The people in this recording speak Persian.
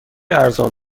ارزان